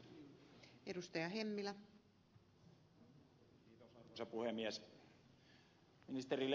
arvoisa puhemies